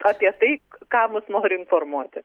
apie tai ką mus nori informuoti